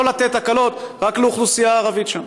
לא לתת הקלות רק לאוכלוסייה הערבית שם.